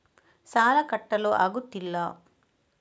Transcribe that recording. ಸಾಲ ಕಟ್ಟಲು ಆಗುತ್ತಿಲ್ಲ